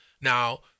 Now